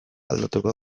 aldatuko